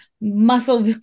muscle